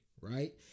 right